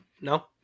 No